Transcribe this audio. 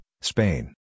Spain